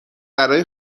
برای